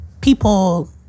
people